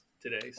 today